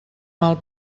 mal